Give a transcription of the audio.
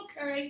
okay